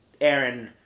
Aaron